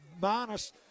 minus